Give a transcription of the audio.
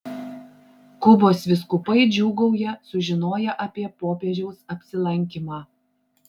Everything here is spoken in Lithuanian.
kubos vyskupai džiūgauja sužinoję apie popiežiaus apsilankymą